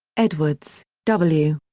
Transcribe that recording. edwards, w.